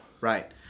Right